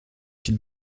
qu’il